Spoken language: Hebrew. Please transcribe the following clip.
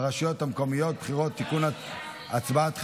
הרשויות המקומיות (בחירות) (תיקון, הצבעת חיילים),